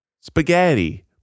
Spaghetti